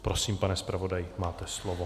Prosím, pane zpravodaji, máte slovo.